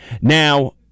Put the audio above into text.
Now